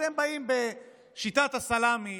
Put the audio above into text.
אתם באים בשיטת הסלמי: